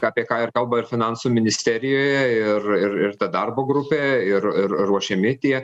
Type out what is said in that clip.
apie ką ir kalba ir finansų ministerijoje ir ir ir ta darbo grupė ir ir ruošiami tie